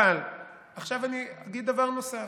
אבל עכשיו אני אגיד דבר נוסף.